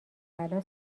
الان